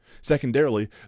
Secondarily